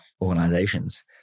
organizations